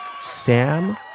Sam